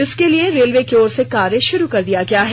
इसके लिए रेलवे की ओर से कार्य षुरू कर दिया गया है